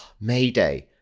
Mayday